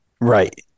Right